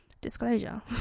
Disclosure